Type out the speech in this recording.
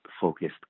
focused